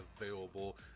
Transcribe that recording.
available